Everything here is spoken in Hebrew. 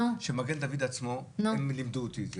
שמגן דוד עצמו הם לימדו אותי,